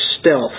stealth